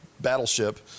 battleship